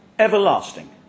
Everlasting